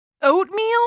oatmeal